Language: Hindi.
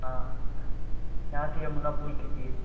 हाँ यहाँ के यमुनापुल के लिए